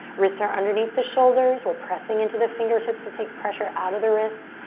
wrists are underneath the shoulders. we're pressing into the fingertips to take pressure out of the wrists.